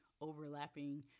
overlapping